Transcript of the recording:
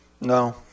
no